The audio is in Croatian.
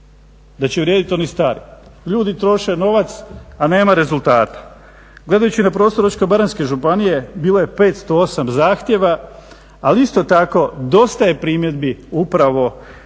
da će uredit stari. Ljudi troše novac, a nema rezultata. Gledajući na prostoru Osječko-baranjske županije bilo je 508 zahtjeva, ali isto tako dosta je primjedbi upravo